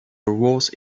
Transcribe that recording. worse